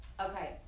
Okay